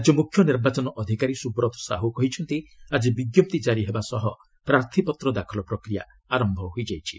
ରାଜ୍ୟ ମୁଖ୍ୟ ନିର୍ବାଚନ ଅଧିକାରୀ ସୁବ୍ରତ ସାହୁ କହିଛନ୍ତି ଆଜି ବିଜ୍ଞପ୍ତି କାରି ହେବା ସହ ପ୍ରାର୍ଥୀପତ୍ର ଦାଖଲ ପ୍ରକ୍ରିୟା ଆରମ୍ଭ ହୋଇଛି